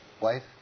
wife